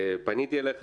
פניתי אליך